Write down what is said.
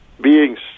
being's